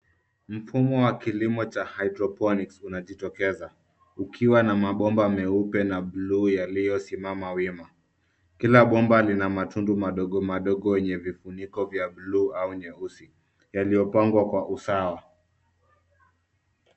Mfumo wa kilimo cha hydroponics unajitokeza ukiwa na mabomba meupe na bluu yaliyosimama wima. Kila bomba lina matundu madogo madogo yenye vifuniko vya bluu au nyeusi yaliyopangwa kwa usawa.